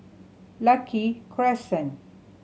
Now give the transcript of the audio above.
Lucky Crescent